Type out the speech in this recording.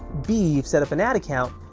b. you've set up an ad account.